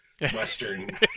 western